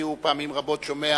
כי פעמים רבות הוא שומע